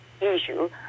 issue